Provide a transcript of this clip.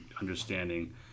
understanding